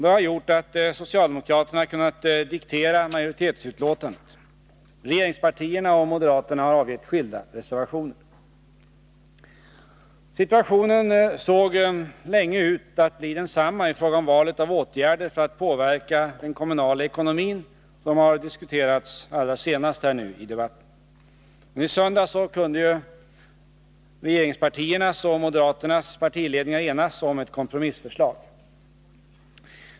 Det har gjort att socialdemokraterna kunnat diktera majoritetsutlåtandet. Regeringspartierna och moderaterna har avgett skilda reservationer. Situationen såg länge ut att bli densamma i fråga om valet av åtgärder för att påverka den kommunala ekonomin, som har diskuterats allra senast här i debatten. I söndags kunde dock regeringspartiernas och moderaternas partiledningar enas om ett kompromissförslag.